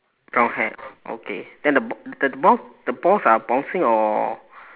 brown hair okay then the ba~ the ball the balls are bouncing or